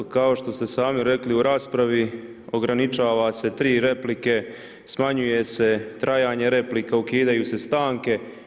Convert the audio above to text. Kao što ste sami rekli u raspravi ograničava se tri replike, smanjuje se trajanje replika, ukidaju se stanke.